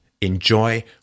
enjoy